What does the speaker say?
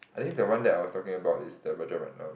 I think the one that I was talking about is the Rajaratnam